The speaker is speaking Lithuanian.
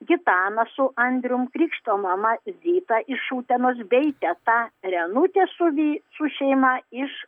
gitana su andrium krikšto mama zita iš utenos bei teta renutė su vy su šeima iš